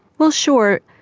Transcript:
well, sure.